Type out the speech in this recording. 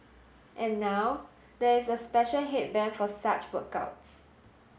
and now there is a special headband for such workouts